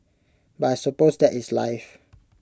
but I suppose that is life